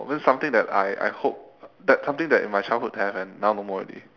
means something that I I hope that something that in my childhood have and now no more already